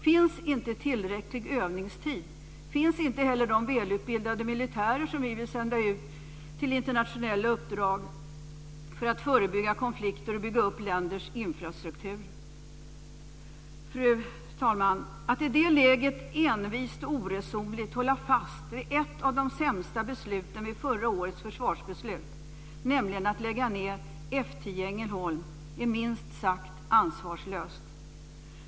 Finns inte tillräcklig övningstid finns inte heller de välutbildade militärer som vi vill sända ut till internationella uppdrag för att förebygga konflikter och bygga upp länders infrastrukturer. Fru talman! Att i det läget envist och oresonligt hålla fast vid ett av de sämsta besluten vid förra årets försvarsbeslut, nämligen att lägga ned F 10 i Ängelholm, är minst sagt ansvarslöst.